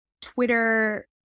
Twitter